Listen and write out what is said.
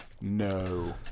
No